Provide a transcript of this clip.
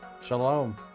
Shalom